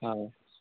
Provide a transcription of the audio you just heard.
অঁ